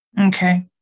Okay